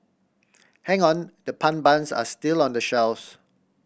hang on the pun buns are still on the shelves